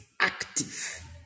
active